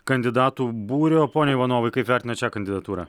kandidatų būrio pone ivanovai kaip vertinat šią kandidatūrą